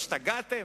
השתגעתם,